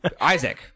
Isaac